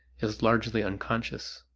is largely unconscious.